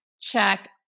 check